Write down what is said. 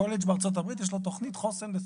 קולג' בארצות הברית יש לו תוכנית חוסן לסטודנטים.